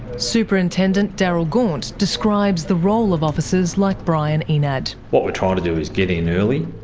superintendent darryl gaunt describes the role of officers like brian enad. what we're trying to do is get in early,